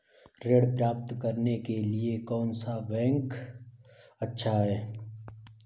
ऋण प्राप्त करने के लिए कौन सा बैंक अच्छा है?